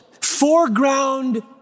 foreground